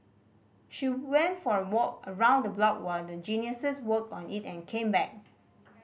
she went for a walk around the block while the Geniuses worked on it and came back